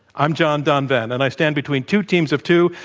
i'm john donvan, and i stand between two teams of two,